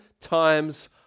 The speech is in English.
times